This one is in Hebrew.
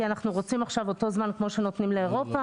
כי אנחנו רוצים עכשיו אותו זמן כמו שנותנים לאירופה.